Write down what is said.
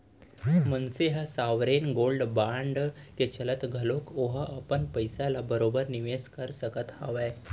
मनसे ह sovereign gold bond के चलत घलोक ओहा अपन पइसा ल बरोबर निवेस कर सकत हावय